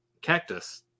cactus